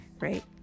right